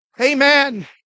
Amen